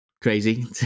crazy